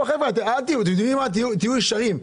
תהיו ישרים.